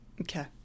Okay